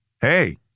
hey